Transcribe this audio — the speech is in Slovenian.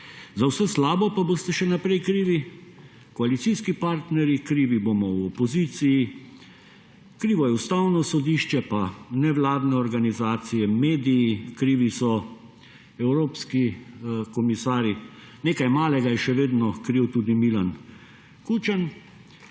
za vse slabo pa boste še naprej krivi koalicijski partnerji, krivi bomo v opoziciji, krivo je Ustavno sodišče, pa nevladne organizacije, mediji, krivi so evropski komisarji, nekaj malega je še vedno kriv tudi Milan Kučan,